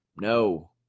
no